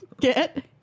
Get